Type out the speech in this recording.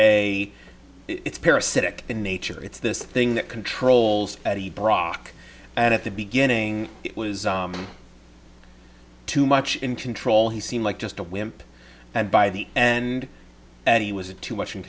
a parasitic in nature it's this thing that controls the brock and at the beginning it was too much in control he seemed like just a wimp and by the and and he was too much in